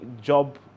job